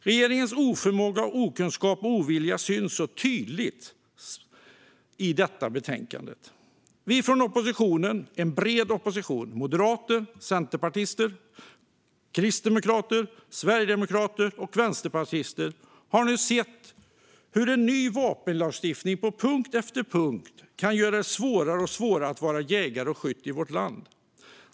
Regeringens okunskap, oförmåga och ovilja syns tydligt i detta betänkande. Vi från oppositionen - en bred opposition av moderater, centerpartister, kristdemokrater, sverigedemokrater och vänsterpartister - har nu sett hur en ny vapenlagstiftning på punkt efter punkt kan göra det svårare och svårare att vara jägare och skytt i vårt land.